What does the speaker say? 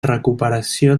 recuperació